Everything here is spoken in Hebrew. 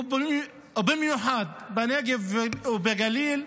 ובמיוחד בנגב ובגליל,